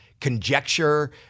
conjecture